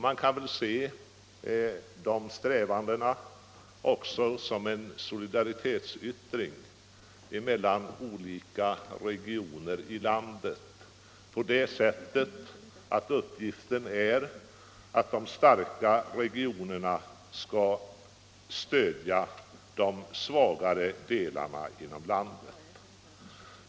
Man kan även se dessa strävanden som en solidaritetsyttring mellan olika regioner i landet på det sättet att meningen är att de starka regionerna skall stödja de svagare delarna inom landet.